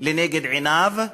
לנגד עיני מחוקקיו,